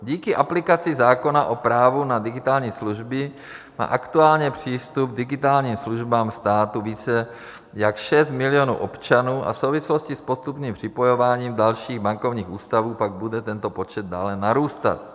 Díky aplikaci zákona o právu na digitální služby má aktuálně přístup k digitálním službám státu více jak 6 milionů občanů a v souvislosti s postupným připojováním dalších bankovních ústavů pak bude tento počet dále narůstat.